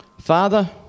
Father